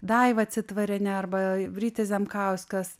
daiva citvarienė arba rytis zemkauskas